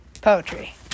poetry